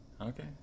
Okay